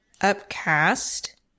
upcast